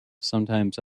sometimes